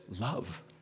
love